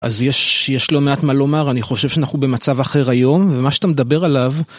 אז יש לא מעט מה לומר אני חושב שאנחנו במצב אחר היום ומה שאתה מדבר עליו.